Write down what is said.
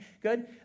good